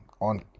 on